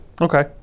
Okay